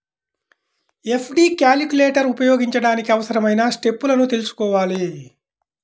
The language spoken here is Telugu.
ఎఫ్.డి క్యాలిక్యులేటర్ ఉపయోగించడానికి అవసరమైన స్టెప్పులను తెల్సుకోవాలి